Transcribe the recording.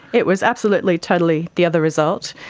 it was absolutely totally the other result,